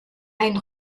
ein